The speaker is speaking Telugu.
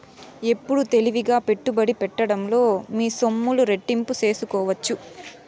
ఎప్పుడు తెలివిగా పెట్టుబడి పెట్టడంలో మీ సొమ్ములు రెట్టింపు సేసుకోవచ్చు